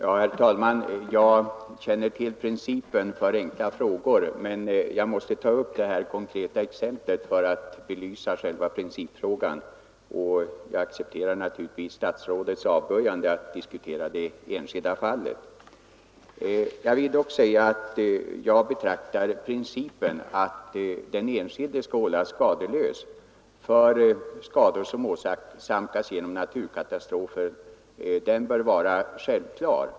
Herr talman! Jag känner till principen för enkla frågor, men jag måste ta upp det här konkreta exemplet för att belysa själva principfrågan och jag accepterar naturligtvis statsrådets avböjande att diskutera det enskilda fallet. Jag betraktar dock principen att den enskilde skall hållas skadeslös för skador som åsamkas genom naturkatastrofer som självklar.